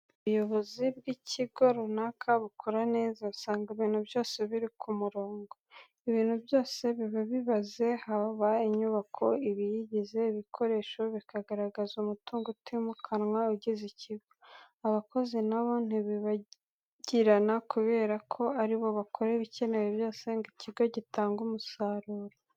Iyo ubuyobozi bw'ikigo runaka bukora neza, usanga ibintu byose biri ku murongo. Ibintu byose biba bibaze, haba inyubako, ibiyigize, ibikoresho, bikagaragaza umutungo utimukanwa ugize ikigo. Abakozi na bo ntibibagirana, kubera ko ari bo bakora ibikenewe byose ngo ikigo gitange umusaruro.